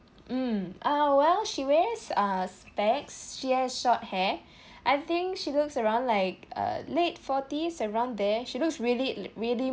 mm uh well she wears uh specs she has short hair I think she looks around like uh late forties around there she looks really really